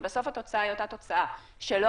אבל בסוף התוצאה היא אותה תוצאה שלא